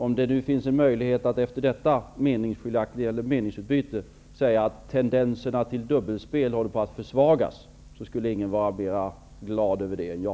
Om det fanns en möjlighet att efter detta meningsutbyte säga att tendenserna till dubbelspel håller på att försvagas, skulle ingen vara mera glad över det än jag.